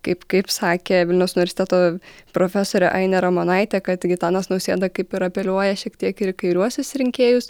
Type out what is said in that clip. kaip kaip sakė vilniaus universiteto profesorė ainė ramonaitė kad gitanas nausėda kaip ir apeliuoja šiek tiek ir į kairiuosius rinkėjus